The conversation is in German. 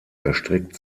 erstreckt